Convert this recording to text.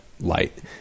light